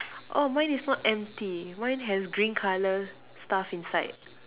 oh mine is not empty mine has green color stuff inside